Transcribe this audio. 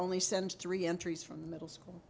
only send three entries from the middle school